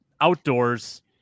outdoors